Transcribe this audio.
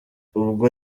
ubwo